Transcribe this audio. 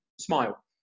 Smile